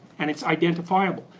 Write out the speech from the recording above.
and it's identifiable.